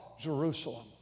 Jerusalem